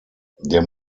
der